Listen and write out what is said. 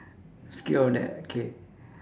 skip on that okay